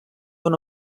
una